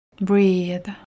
Breathe